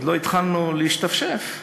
עוד לא התחלנו להשתפשף,